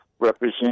represent